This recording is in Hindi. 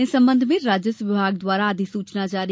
इस संबंध में राजस्व विभाग द्वारा अधिसूचना जारी की गई है